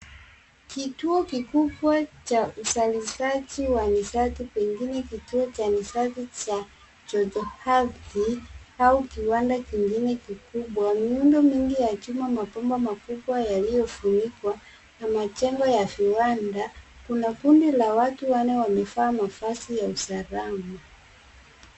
Kituo kikubwa cha uzalishaji wa nishati pengine kituo cha nishati cha joto ardhi au kiwanda kikubwa. Miundo mingi ya chuma, mabomba makubwa yaliyofunikwa na majengo ya viwanda. Kuna kundi la watu wanne wamevaa mavazi ya usalama.